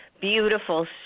beautiful